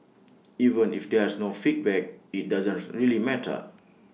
even if there's no feedback IT doesn't really matter